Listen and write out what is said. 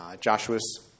Joshua's